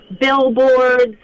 Billboards